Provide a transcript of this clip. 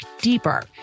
deeper